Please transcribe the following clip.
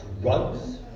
drugs